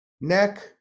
neck